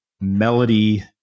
melody